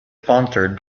sponsored